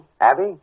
Abby